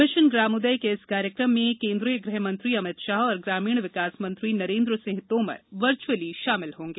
mission Gramodaya के इस कार्यक्रम में केन्द्रीय गृह मंत्री अमित शाह और ग्रामीण विकास मंत्री नरेन्द्र सिंह तोमर वर्चुअली शामिल होंगे